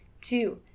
Two